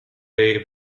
jej